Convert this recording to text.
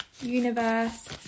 Universe